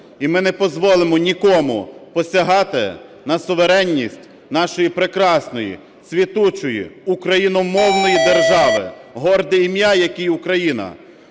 І ми не позволимо нікому посягати на суверенність нашої прекрасної, квітучої україномовної держави, горде ім'я якій – Україна.